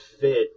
fit